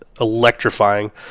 electrifying